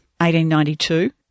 1892